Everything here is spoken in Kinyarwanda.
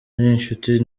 n’inshuti